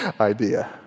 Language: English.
idea